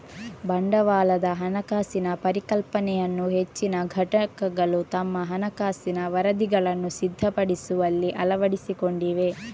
ಬಂಡವಾಳದ ಹಣಕಾಸಿನ ಪರಿಕಲ್ಪನೆಯನ್ನು ಹೆಚ್ಚಿನ ಘಟಕಗಳು ತಮ್ಮ ಹಣಕಾಸಿನ ವರದಿಗಳನ್ನು ಸಿದ್ಧಪಡಿಸುವಲ್ಲಿ ಅಳವಡಿಸಿಕೊಂಡಿವೆ